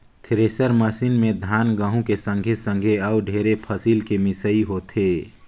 thresher machine में धान, गहूँ के संघे संघे अउ ढेरे फसिल के मिसई होथे